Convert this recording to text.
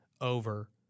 over